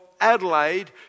Adelaide